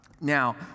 Now